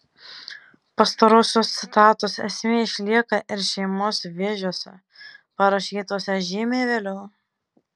pastarosios citatos esmė išlieka ir šeimos vėžiuose parašytuose žymiai vėliau